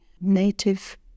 native